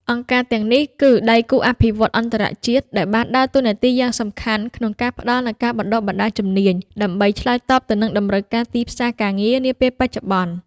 អង្គការទាំងនេះ គឺដៃគូអភិវឌ្ឍន៍អន្តរជាតិ ដែលបានដើរតួនាទីយ៉ាងសកម្មក្នុងការផ្តល់នូវការបណ្តុះបណ្តាលជំនាញ ដើម្បីឆ្លើយតបទៅនឹងតម្រូវការទីផ្សារការងារនាពេលបច្ចុប្បន្ន។